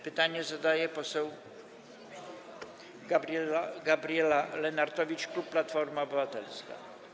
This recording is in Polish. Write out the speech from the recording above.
Pytanie zadaje poseł Gabriela Lenartowicz, klub Platforma Obywatelska.